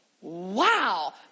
wow